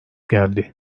geldi